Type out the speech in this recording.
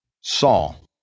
Saul